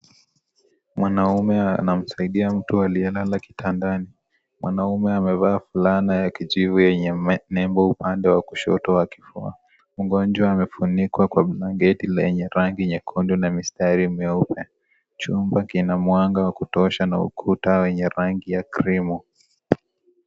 Mwanamume anamsaidia mtu aliyelala kitandani. Mwamume amevaa shati ya kijivu yenye nembo upande wa kushoto wa kifua. Mgonjwa amefunikwa kwa blanketi lenye rangi nyekundu na mistari mieupe. Chumba kina mwanga wa kutosha na ukuta wenye rangi ya krimu.